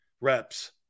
reps